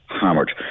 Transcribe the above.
hammered